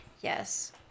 Yes